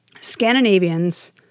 Scandinavians